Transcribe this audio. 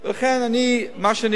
לכן, מה שאני,